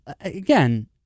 again